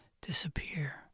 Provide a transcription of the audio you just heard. disappear